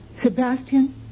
Sebastian